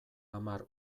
hamar